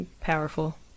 powerful